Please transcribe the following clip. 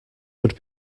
would